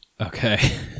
Okay